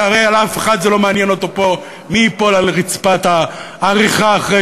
כי הרי את אף אחד פה לא מעניין מי ייפול על רצפת העריכה אחרי